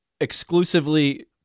exclusively